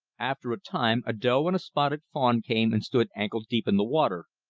after a time a doe and a spotted fawn came and stood ankle-deep in the water,